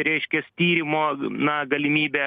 reiškias tyrimo na galimybę